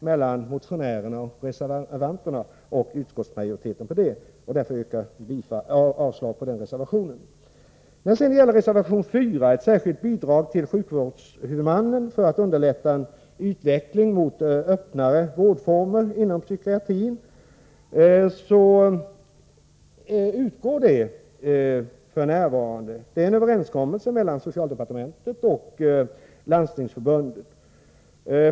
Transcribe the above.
Motionärerna, reservanterna och utskottsmajoriteten är överens i sak. Jag yrkar avslag på denna reservation. Reservation 4 gäller särskilt statsbidrag till sjukvårdshuvudmannen för att underlätta en utveckling mot öppnare vårdformer inom psykiatrin. Sådant bidrag utgår f. n. genom en överenskommelse mellan socialdepartementet och Landstingsförbundet.